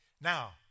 Now